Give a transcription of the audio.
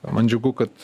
man džiugu kad